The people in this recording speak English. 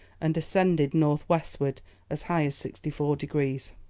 and ascended north-westward as high as sixty four degrees.